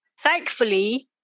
Thankfully